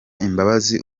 imbabazi